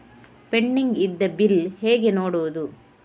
Pending ಇದ್ದ bill ಹೇಗೆ ನೋಡುವುದು?